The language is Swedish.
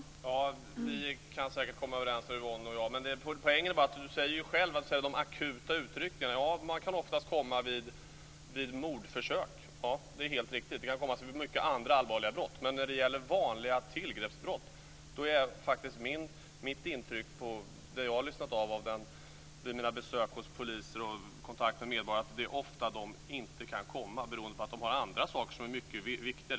Fru talman! Yvonne Oscarsson och jag kan säkert komma överens. Men poängen i debatten handlar ju om, vilket Yvonne Oscarsson själv säger, de akuta utryckningarna. Polisen kan oftast komma vid mordförsök. Det är helt riktigt. Polisen kan också komma vid många andra allvarliga brott. Men när det gäller vanliga tillgreppsbrott är faktiskt mitt intryck, efter besök hos poliser och kontakter med medborgare, att polisen inte kan komma, beroende på att man har andra saker som är mycket viktigare.